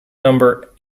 number